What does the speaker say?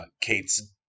Kate's